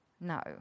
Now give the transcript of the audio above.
No